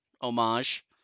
homage